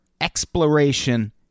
exploration